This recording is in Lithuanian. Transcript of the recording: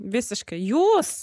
visiškai jūs